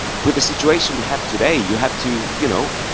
with the situation we have today you have to, you know.